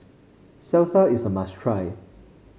salsa is a must try